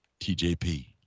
TJP